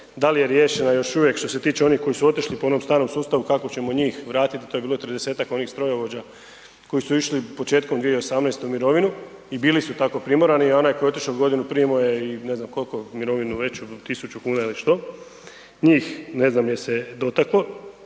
da li je riješena još uvijek što se tiče onih koji su otišli po onom starom sustavu kako ćemo njih vratiti i to je bilo 30-ak onih strojovođa koji su išli početkom 2018. u mirovinu i bili su tako primorani. Onaj koji je otišao godinu prije imao je i ne znam koliko mirovinu veću 1000 kuna ili što. Njih ne znam je li se dotaklo